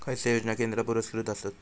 खैचे योजना केंद्र पुरस्कृत आसत?